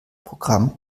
programm